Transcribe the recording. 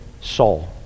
Saul